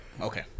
Okay